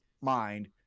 mind